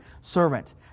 servant